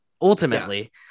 ultimately